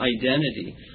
identity